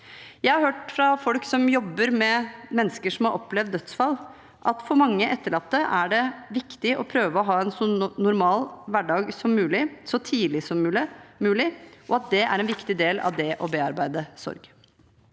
Jeg har hørt fra folk som jobber med mennesker som har opplevd dødsfall, at for mange etterlatte er det viktig å prøve å ha en så normal hverdag som mulig, så tidlig som mulig, og at det er en viktig del av det å bearbeide sorg.